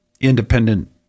independent